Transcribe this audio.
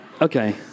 okay